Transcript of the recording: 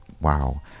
wow